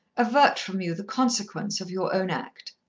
avert from you the consequence of your own act,